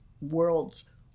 world's